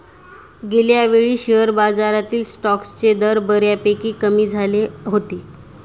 गेल्यावेळी शेअर बाजारातील स्टॉक्सचे दर बऱ्यापैकी कमी झाले होते